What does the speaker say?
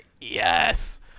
Yes